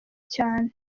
cyane